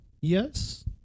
Yes